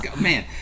man